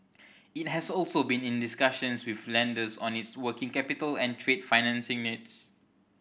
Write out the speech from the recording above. it has also been in discussions with lenders on its working capital and trade financing needs